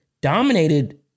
dominated